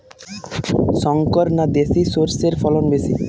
শংকর না দেশি সরষের ফলন বেশী?